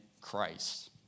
Christ